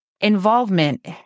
involvement